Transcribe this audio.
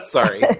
Sorry